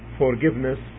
forgiveness